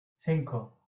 cinco